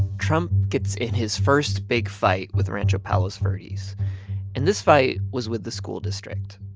trump gets in his first big fight with rancho palos verdes. so and this fight was with the school district.